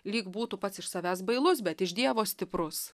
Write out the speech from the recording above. lyg būtų pats iš savęs bailus bet iš dievo stiprus